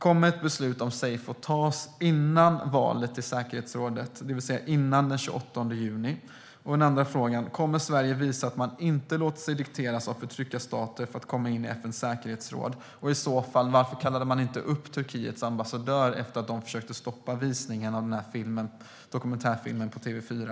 Kommer ett beslut om seyfo att tas innan valet till säkerhetsrådet sker, det vill säga före den 28 juni? Kommer Sverige att visa att man inte låter sig styras av förtryckarstater för att komma in i FN:s säkerhetsråd? Varför kallade man i så fall inte till sig Turkiets ambassadör efter att ambassaden försökte stoppa visningen av dokumentärfilmen på TV4?